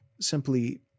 simply